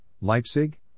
Leipzig